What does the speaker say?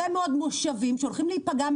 המחירים אישרה את